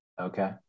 Okay